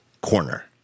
corner